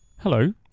Hello